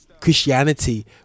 christianity